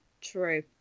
True